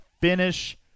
finish